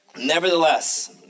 nevertheless